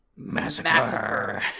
Massacre